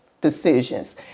decisions